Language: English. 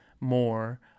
more